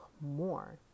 more